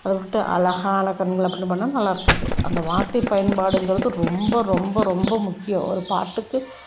அதை விட்டுட்டு அழகான கண்கள் அப்படினு பாடினா நல்லா இருக்காது அந்த வார்த்தை பயன்பாடுங்கிறது ரொம்ப ரொம்ப ரொம்ப முக்கியம் ஒரு பாட்டுக்கு